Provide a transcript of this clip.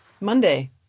Monday